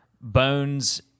Bones